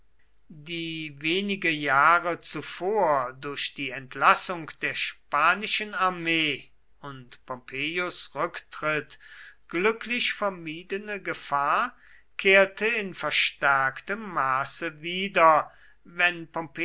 die wenige jahre zuvor durch die entlassung der spanischen armee und pompeius rücktritt glücklich vermiedene gefahr kehrte in verstärktem maße wieder wenn